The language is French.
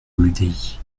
l’udi